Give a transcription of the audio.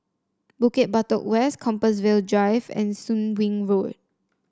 Bukit Batok West Compassvale Drive and Soon Wing Road